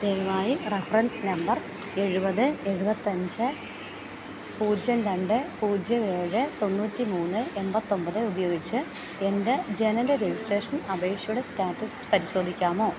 ദയവായി reference number എഴുപത് എഴുപത്തി അഞ്ച് പൂജ്യം രണ്ട് പൂജ്യം ഏഴ് തൊണ്ണൂറ്റി മൂന്ന് എൺപത്തി ഒമ്പത് ഉപയോഗിച്ച് എൻ്റെ ജനന രജിസ്ട്രേഷൻ അപേക്ഷയുടെ സ്റ്റാറ്റസ് പരിശോധിക്കാമോ